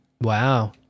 Wow